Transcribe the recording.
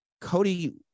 Cody